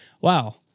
wow